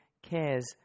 cares